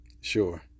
Sure